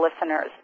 listeners